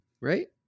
right